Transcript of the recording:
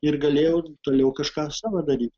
ir galėjau toliau kažką savo daryt